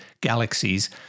galaxies